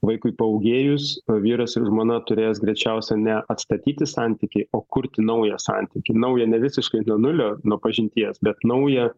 vaikui paūgėjus vyras ir žmona turės greičiausia ne atstatyti santykį o kurti naują santykį naują nevisiškai nuo nulio nuo pažinties bet naują